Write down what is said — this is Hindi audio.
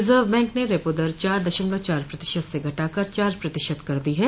रिजर्व बैंक ने रेपो दर चार दशमलव चार प्रतिशत से घटाकर चार प्रतिशत कर दी है